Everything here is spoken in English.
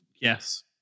Yes